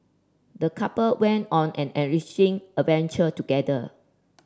the couple went on an enriching adventure together